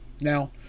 Now